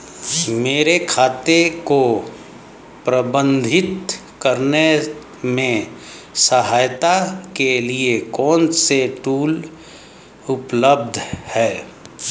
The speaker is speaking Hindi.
मेरे खाते को प्रबंधित करने में सहायता के लिए कौन से टूल उपलब्ध हैं?